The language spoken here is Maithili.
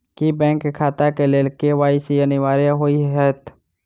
की बैंक खाता केँ लेल के.वाई.सी अनिवार्य होइ हएत?